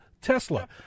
Tesla